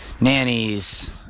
nannies